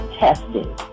testing